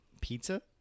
pizza